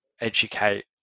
educate